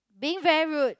being very rude